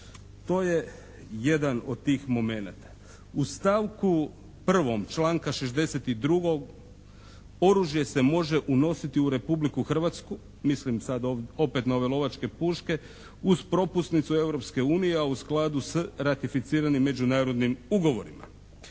To je jedan od tih momenata. U stavku 1. članka 62. oružje se može unositi u Republiku Hrvatsku mislim sad opet na ove lovačke puške uz propusnicu Europske unije a u skladu s ratificiranim međunarodnim ugovorima.